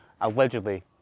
Allegedly